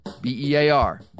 B-E-A-R